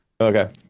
Okay